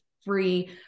free